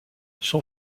son